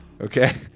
Okay